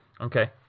Okay